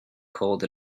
cold